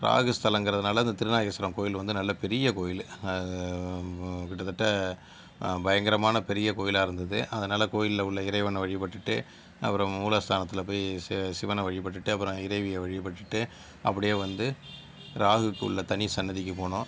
ராகு ஸ்தலங்கிறதுனால அந்த திருநாகேஸ்வரம் கோவில் வந்து நல்ல பெரிய கோவிலு அது கிட்டத்தட்ட பயங்கரமான பெரிய கோவிலா இருந்தது அதனால் கோவில்ல உள்ள இறைவனை வழிபட்டுவிட்டு அப்புறம் மூலஸ்தானத்தில் போய் சிவனை வழிபட்டுவிட்டு அப்புறம் இறைவியை வழிபட்டுவிட்டு அப்படியே வந்து ராகுக்குள்ள தனி சன்னதிக்கு போனோம்